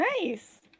Nice